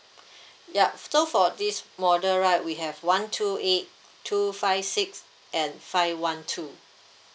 ya so for this model right we have one two eight two five six and five one two